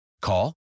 Call